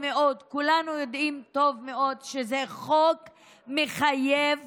כולנו יודעים טוב מאוד שזה חוק שמחייב